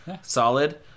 Solid